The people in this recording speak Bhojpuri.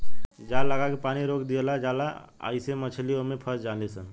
जाल लागा के पानी रोक दियाला जाला आइसे मछली ओमे फस जाली सन